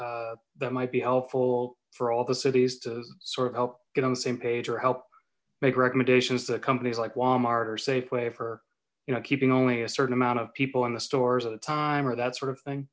recommendations that might be helpful for all the cities to sort of help get on the same page or help make recommendations to companies like walmart or safeway for you know keeping only a certain amount of people in the stores at a time or that sort of thing